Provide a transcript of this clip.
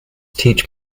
teach